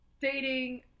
dating